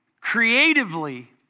creatively